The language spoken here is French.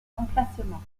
emplacement